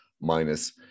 minus